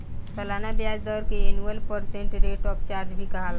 सलाना ब्याज दर के annual percent rate of charge भी कहाला